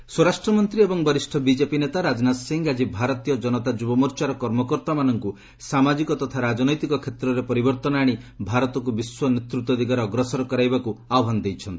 ରାଜନାଥ ସିଂ ସ୍ୱରାଷ୍ଟ୍ର ମନ୍ତ୍ରୀ ଏବଂ ବରିଷ୍ଠ ବିଜେପି ନେତା ରାଜନାଥ ସିଂ ଆଜି ଭାରତୀୟ କନତା ଯୁବମୋର୍ଚ୍ଚାର କର୍ମକର୍ତ୍ତାମାନଙ୍କୁ ସାମାଜିକ ତଥା ରାଜନୈତିକ କ୍ଷେତ୍ରରେ ପରିବର୍ତ୍ତନ ଆଣି ଭାରତକୁ ବିଶ୍ୱ ନେତୃତ୍ୱ ଦିଗରେ ଅଗ୍ରସର କରାଇବାକୁ ଆହ୍ବାନ ଦେଇଛନ୍ତି